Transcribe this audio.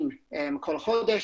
בכל חודש.